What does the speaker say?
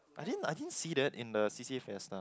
I didn't I didn't see that in the C_C_A fiesta